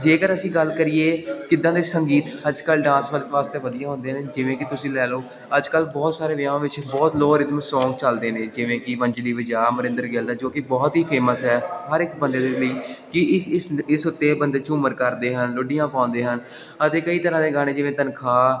ਜੇਕਰ ਅਸੀਂ ਗੱਲ ਕਰੀਏ ਕਿੱਦਾਂ ਦੇ ਸੰਗੀਤ ਅੱਜ ਕੱਲ੍ਹ ਡਾਂਸ ਵਸ ਵਾਸਤੇ ਵਧੀਆ ਹੁੰਦੇ ਹਨ ਜਿਵੇਂ ਕਿ ਤੁਸੀਂ ਲੈ ਲਓ ਅੱਜ ਕੱਲ੍ਹ ਬਹੁਤ ਸਾਰੇ ਵਿਆਹਾਂ ਵਿੱਚ ਬਹੁਤ ਲੋਅ ਰੀਦਮ ਸੌਂਗ ਚੱਲਦੇ ਨੇ ਜਿਵੇਂ ਕਿ ਵੰਜਲੀ ਵਜਾ ਅਮਰਿੰਦਰ ਗਿੱਲ ਦਾ ਜੋ ਕਿ ਬਹੁਤ ਹੀ ਫੇਮਸ ਹੈ ਹਰ ਇੱਕ ਬੰਦੇ ਦੇ ਲਈ ਕਿ ਇਸ ਇਸ ਇਸ ਉੱਤੇ ਬੰਦੇ ਝੂਮਰ ਕਰਦੇ ਹਨ ਲੁੱਡੀਆਂ ਪਾਉਂਦੇ ਹਨ ਅਤੇ ਕਈ ਤਰ੍ਹਾਂ ਦੇ ਗਾਣੇ ਜਿਵੇਂ ਤਨਖ਼ਾਹ